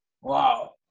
Wow